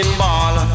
ball